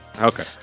Okay